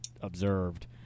observed